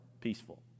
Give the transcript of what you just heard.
Peaceful